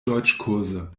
deutschkurse